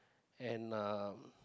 and uh